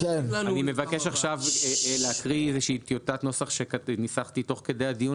אני מבקש להקריא טיוטת נוסח שניסחתי תוך כדי הדיון